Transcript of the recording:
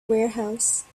warehouse